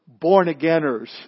born-againers